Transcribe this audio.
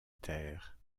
terre